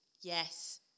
Yes